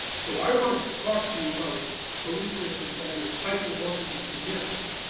so i want to talk to you about belief systems and their psychological significance.